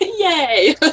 Yay